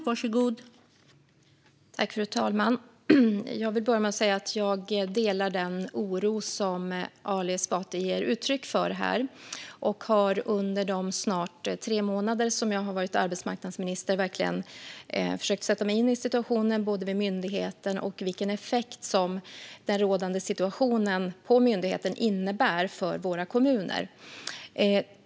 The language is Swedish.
Fru talman! Jag vill börja med att säga att jag delar den oro som Ali Esbati här ger uttryck för. Jag har under de snart tre månader som jag har varit arbetsmarknadsminister verkligen försökt att sätta mig in i både situationen på myndigheten och vilken effekt denna har på våra kommuner.